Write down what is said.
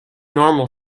normal